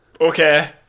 Okay